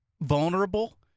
vulnerable